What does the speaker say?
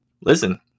Listen